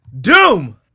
Doom